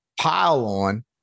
pile-on